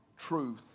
truth